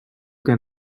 can